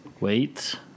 Wait